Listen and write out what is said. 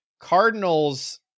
Cardinals